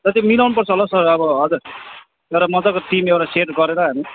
र त्यो मिलाउन पर्छ होला हौ सर हजुर एउटा मजाको टिम एउटा सेट गरेर हामी